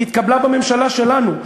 היא התקבלה בממשלה שלנו,